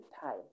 time